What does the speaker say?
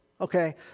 okay